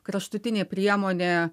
kraštutinė priemonė